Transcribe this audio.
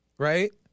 right